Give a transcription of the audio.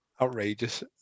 Outrageous